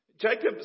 Jacob